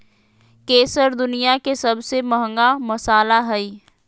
केसर दुनिया के सबसे महंगा मसाला हइ